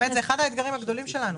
זה אחד האתגרים הגדולים שלנו.